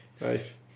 nice